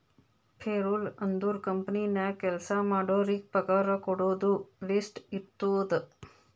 payroll ಅಂದುರ್ company ನಾಗ್ ಕೆಲ್ಸಾ ಮಾಡೋರಿಗ ಪಗಾರ ಕೊಡೋದು ಲಿಸ್ಟ್ ಇರ್ತುದ್